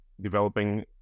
developing